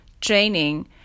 training